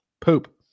Poop